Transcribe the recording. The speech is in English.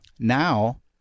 Now